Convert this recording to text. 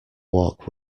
walk